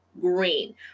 Green